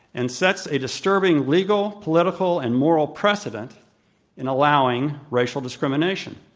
and sets a disturbing legal, political, and moral precedent in allowing racial discrimination.